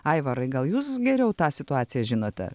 aivarai gal jūs geriau tą situaciją žinote